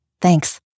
Thanks